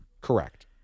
Correct